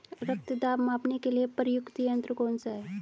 रक्त दाब मापने के लिए प्रयुक्त यंत्र कौन सा है?